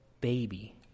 baby